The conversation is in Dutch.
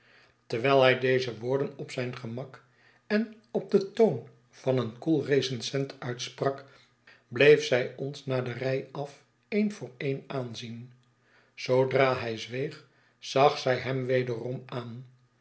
terwijl hij deze woorden op zijn gemak en op den toon van een koel recensent uitsprak bleef zij ons naar de rij af een voor een aanzien zoodra hij zweeg zag zij hem wederom aan